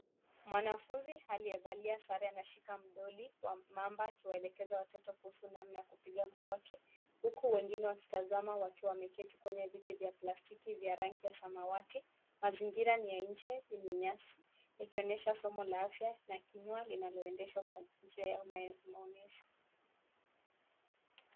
Mwanafunzi aliyevalia sare anashika doli wa mamba akiwaelekeza watoto kuhusu namna ya kupiga mswaki huku wengine wakitazama wakiwa wameketi kwenye viti vya plastiki vya rangi ya samawati. Mazingira ni ya nje enye nyasi yakionyesha somo la afya na na kinyua linaloendeshwa kwa njia ya maonyesho.